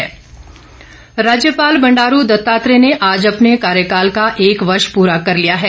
राज्यपाल राज्यपाल बंडारू दत्तात्रेय ने आज अपने कार्यकाल का एक वर्ष पूरा कर लिया है